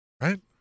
right